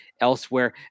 elsewhere